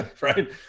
Right